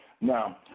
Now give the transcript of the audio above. Now